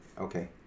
okay